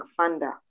Fanda